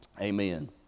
amen